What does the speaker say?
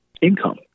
income